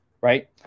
right